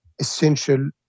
essential